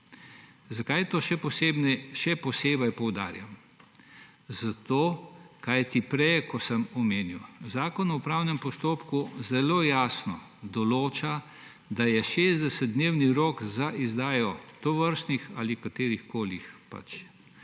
Zakaj to še posebej poudarjam? Zato, kajti prej, ko se omenil, da Zakon o upravnem postopku zelo jasno določa, da je 60-dnevni rok za izdajo tovrstnih ali katerihkoli pač